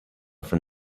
from